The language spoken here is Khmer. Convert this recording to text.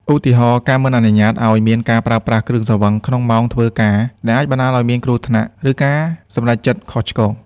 ឧទាហរណ៍ ការមិនអនុញ្ញាតឱ្យមានការប្រើប្រាស់គ្រឿងស្រវឹងក្នុងម៉ោងធ្វើការ ដែលអាចបណ្ដាលឱ្យមានគ្រោះថ្នាក់ ឬការសម្រេចចិត្តខុសឆ្គង។